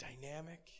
dynamic